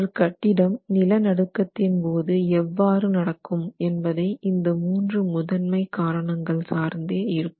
ஒரு கட்டிடம் நில நடுக்கத்தின் போது எவ்வாறு நடக்கும் என்பதை இந்த மூன்று முதன்மை காரணங்கள் சார்ந்து இருக்கும்